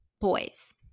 boys